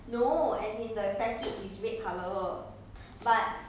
but I never see you eat leh you mean this cereal is red in colour